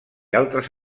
altres